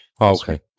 Okay